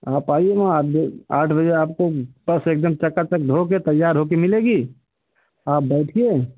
आप आईए न आज आठ बजे आपको बस एकदम धो के चकाचक तैयार होके मिलेगी आप बैठिए आप बैठिए